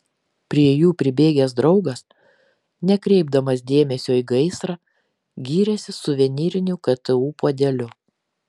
prie jų pribėgęs draugas nekreipdamas dėmesio į gaisrą gyrėsi suvenyriniu ktu puodeliu